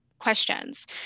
questions